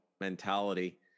mentality